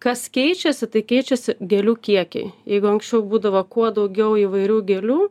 kas keičiasi tai keičiasi gėlių kiekiai jeigu anksčiau būdavo kuo daugiau įvairių gėlių